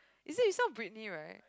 is it it's not Britney right